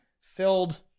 filled